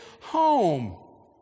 home